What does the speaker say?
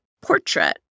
portrait